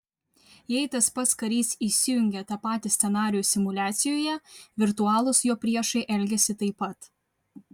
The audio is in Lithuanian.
jei tas pats karys įsijungia tą patį scenarijų simuliacijoje virtualūs jo priešai elgiasi taip pat